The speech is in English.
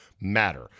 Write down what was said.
matter